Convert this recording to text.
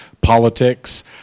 politics